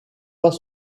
pas